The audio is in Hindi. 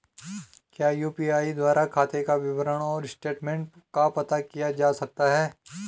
क्या यु.पी.आई द्वारा खाते का विवरण और स्टेटमेंट का पता किया जा सकता है?